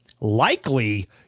likely